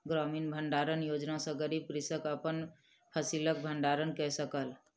ग्रामीण भण्डारण योजना सॅ गरीब कृषक अपन फसिलक भण्डारण कय सकल